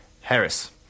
Harris